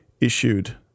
issued